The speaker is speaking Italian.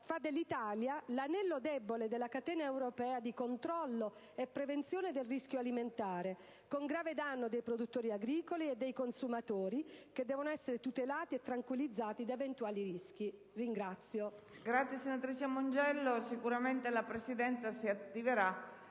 fa dell'Italia l'anello debole della catena europea di controllo e prevenzione del rischio alimentare, con grave danno dei produttori agricoli e dei consumatori, che devono essere tutelati e tranquillizzati da eventuali rischi. *(Applausi